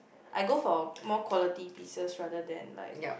I go for more quality pieces rather than like